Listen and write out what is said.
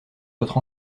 votre